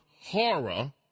horror